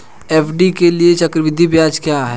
FD के लिए चक्रवृद्धि ब्याज क्या है?